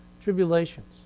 tribulations